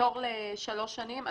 פטור לשלוש שנים,